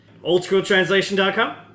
Oldschooltranslation.com